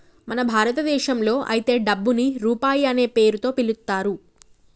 మన భారతదేశంలో అయితే డబ్బుని రూపాయి అనే పేరుతో పిలుత్తారు